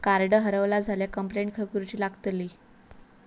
Card हरवला झाल्या complaint खय करूची लागतली?